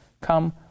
Come